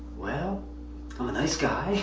well, i'm a nice guy.